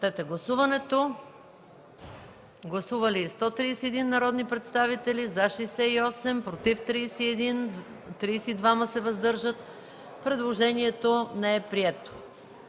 гласувайте. Гласували 131 народни представители: за 68, против 31, въздържали се 32. Предложението не е прието.